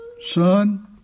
Son